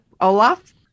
Olaf